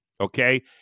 okay